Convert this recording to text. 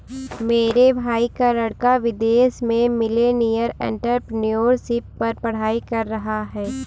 मेरे भाई का लड़का विदेश में मिलेनियल एंटरप्रेन्योरशिप पर पढ़ाई कर रहा है